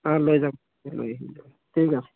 অঁ লৈ যাম লৈ আহিম দিয়ক ঠিক আছে